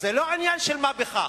זה לא עניין של מה בכך.